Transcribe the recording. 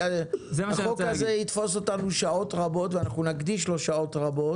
החוק הזה יעסיק אותנו שעות רבות ואנחנו נקדיש לו שעות רבות,